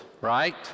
right